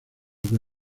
que